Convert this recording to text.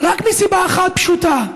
רק מסיבה אחת פשוטה: